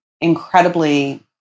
incredibly